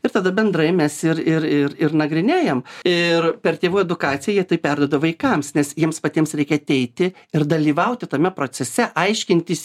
ir tada bendrai mes ir ir ir ir nagrinėjam ir per tėvų edukaciją jie tai perduoda vaikams nes jiems patiems reikia ateiti ir dalyvauti tame procese aiškintis